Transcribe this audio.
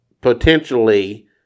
potentially